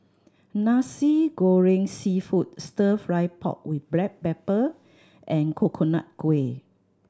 Nasi Goreng Seafood Stir Fry pork with black pepper and Coconut Kuih